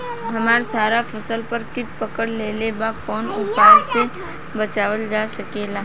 हमर सारा फसल पर कीट पकड़ लेले बा कवनो उपाय से बचावल जा सकेला?